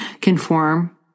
conform